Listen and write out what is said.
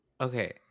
Okay